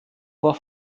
vor